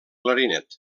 clarinet